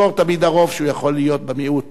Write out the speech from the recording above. יזכור תמיד הרוב שהוא יכול להיות במיעוט.